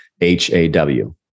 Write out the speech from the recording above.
H-A-W